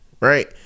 Right